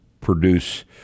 produce